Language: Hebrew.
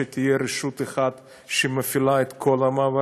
שתהיה רשות אחת שמפעילה את כולם.